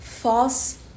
False